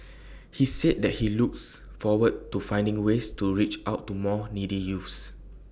he said that he looks forward to finding ways to reach out to more needy youths